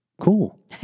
cool